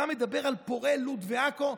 אתה מדבר על פורעי לוד ועכו?